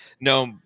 No